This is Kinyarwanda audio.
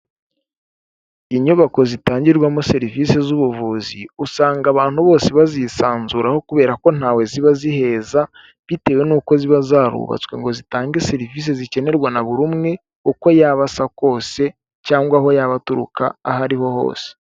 Inyubako zitangirwamo serivisi z'ubuvuzi, usanga abantu bose bazisanzuraho kubera ko ntawe ziba ziheza, bitewe n'uko ziba zarubatswe ngo zitange serivisi zikenerwa na buri umwe, uko yaba asa kose cyangwa aho yaba aturuka aho ariho hose.